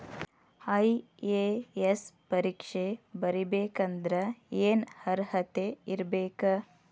IAS ಪರೇಕ್ಷೆ ಬರಿಬೆಕಂದ್ರ ಏನ್ ಅರ್ಹತೆ ಇರ್ಬೇಕ?